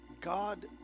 God